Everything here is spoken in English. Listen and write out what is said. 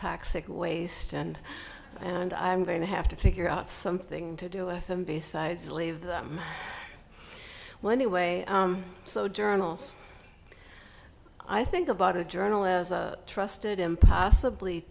toxic waste and and i'm going to have to figure out something to do with them besides leave them when the way so journals i think about a journal as a trusted impossibly